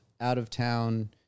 out-of-town